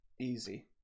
easy